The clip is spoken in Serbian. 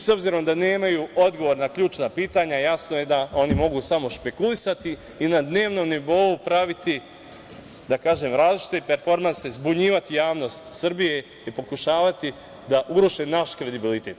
S obzirom da nemaju odgovor na ključna pitanja, jasno je da oni mogu samo spekulisati i na dnevnom nivou praviti različite performanse, zbunjivati javnost Srbije i pokušavati da uruše naš kredibilitet.